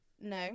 no